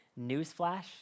Newsflash